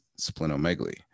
splenomegaly